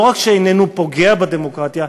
לא רק שאיננו פוגע בדמוקרטיה,